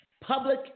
public